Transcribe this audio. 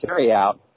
carryout